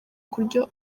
kurya